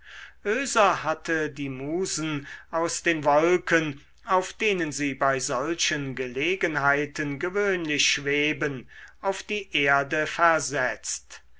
oeser hatte die musen aus den wolken auf denen sie bei solchen gelegenheiten gewöhnlich schweben auf die erde versetzt